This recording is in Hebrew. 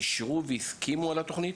אישרו והסכימו על התוכנית?